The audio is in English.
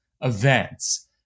events